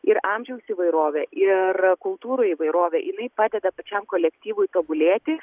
ir amžiaus įvairovė ir kultūrų įvairovė jinai padeda pačiam kolektyvui tobulėti